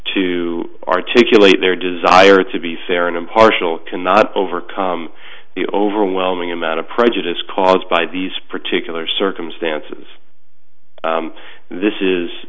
to articulate their desire to be fair and impartial cannot overcome the overwhelming amount of prejudice caused by these particular circumstances this is